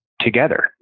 together